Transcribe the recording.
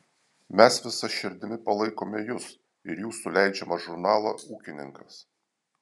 mes visa širdimi palaikome jus ir jūsų leidžiamą žurnalą ūkininkas